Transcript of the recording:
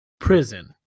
prison